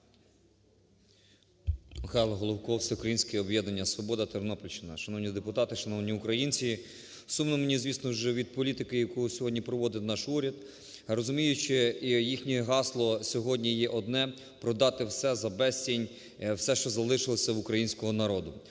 Михайло Головко, "Всеукраїнське об'єднання "Свобода", Тернопільщина. Шановні депутати, шановні українці! Сумно мені, звісно ж, від політики, яку сьогодні проводив наш уряд, розуміючи, їхнє гасло сьогодні є одне – продати все за безцінь, все, що залишилося в українського народу: